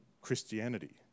Christianity